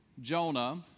Jonah